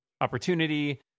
opportunity